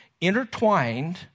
intertwined